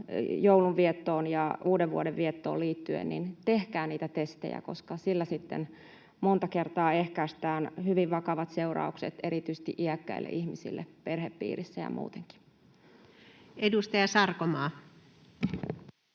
joulunviettoon ja uudenvuodenviettoon liittyen, tehkää niitä testejä, koska sillä sitten monta kertaa ehkäistään hyvin vakavat seuraukset erityisesti iäkkäille ihmisille perhepiirissä ja muutenkin. [Speech